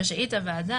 רשאית הוועדה,